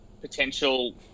potential